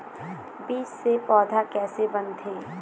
बीज से पौधा कैसे बनथे?